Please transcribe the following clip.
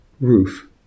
roof